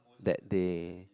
that they